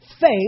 faith